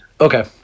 Okay